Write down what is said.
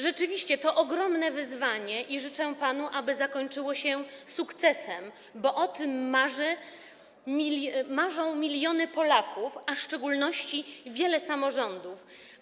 Rzeczywiście to ogromne wyzwanie i życzę panu, aby zakończyło się sukcesem, bo o tym marzą miliony Polaków, a w szczególności wiele samorządów.